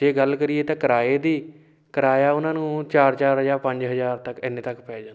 ਜੇ ਗੱਲ ਕਰੀਏ ਤਾਂ ਕਿਰਾਏ ਦੀ ਕਿਰਾਇਆ ਉਹਨਾਂ ਨੂੰ ਚਾਰ ਚਾਰ ਜਾਂ ਪੰਜ ਹਜ਼ਾਰ ਤੱਕ ਇੰਨੇ ਤੱਕ ਪੈ ਜਾਂਦਾ